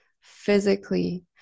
physically